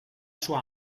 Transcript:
sua